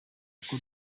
uko